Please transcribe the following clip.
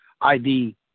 ID